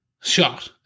shot